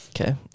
Okay